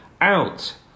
out